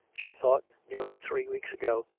she thought, nearly three weeks ago,